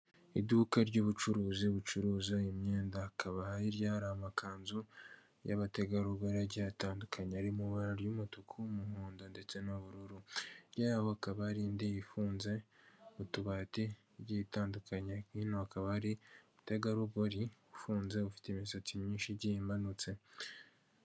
Umugore wicaye mu biro , umugore akaba yambaye amataratara, akaba yambaye ikote ry'umukara mu imbere yambariyemo umwambaro w'umweru, imbere yu mugore hakaba hari ameza ateretseho amazi ari mwicupa riri mubwoko bw'inyange.